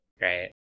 Right